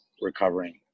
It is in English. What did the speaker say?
recovering